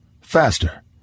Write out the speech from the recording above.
Faster